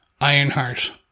Ironheart